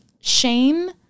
shame